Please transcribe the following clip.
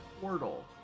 portal